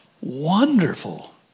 wonderful